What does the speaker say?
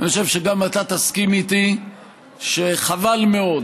אני חושב שגם אתה תסכים איתי שחבל מאוד